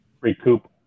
recoup